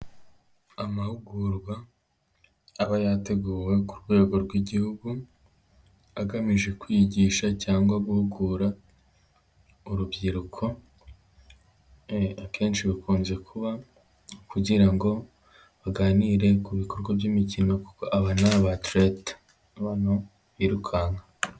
Amahugurwa aba yateguwe ku rwego rw'igihugu agamije kwigisha cyangwa guhugura urubyiruko, akenshi bikunze kuba kugira ngo baganire ku bikorwa by'imikino kuko abana ni abatirete, abantu birukanka.